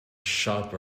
shop